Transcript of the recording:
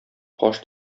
каш